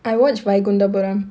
I watch vaigundapuram